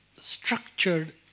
structured